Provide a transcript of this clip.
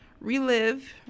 Relive